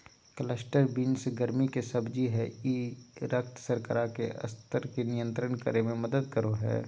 cluster beans गर्मि के सब्जी हइ ई रक्त शर्करा के स्तर के नियंत्रित करे में मदद करो हइ